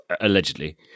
Allegedly